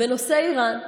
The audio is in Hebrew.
בנושא איראן,